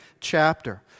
chapter